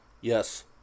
Yes